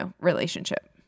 relationship